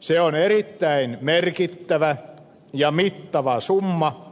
se on erittäin merkittävä ja mittava summa